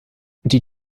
die